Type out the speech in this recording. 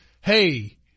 hey